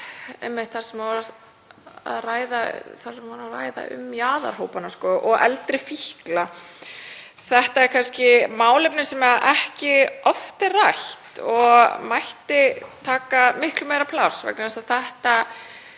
það sem hún var að ræða um jaðarhópa og eldri fíkla. Þetta er kannski málefni sem ekki er oft rætt og mætti taka miklu meira pláss vegna þess að þetta